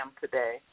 today